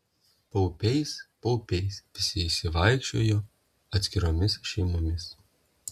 paupiais paupiais visi išsivaikščiojo atskiromis šeimomis